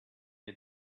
had